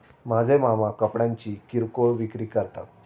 माझे मामा कपड्यांची किरकोळ विक्री करतात